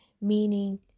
meaning